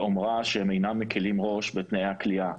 באומרה שהם אינם מקלים ראש בתנאי הכליאה.